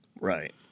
Right